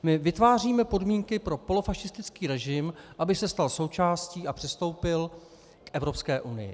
My vytváříme podmínky pro polofašistický režim, aby se stal součástí a přistoupil k Evropské unii.